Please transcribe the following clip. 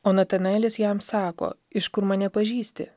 o natanaelis jam sako iš kur mane pažįsti